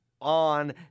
on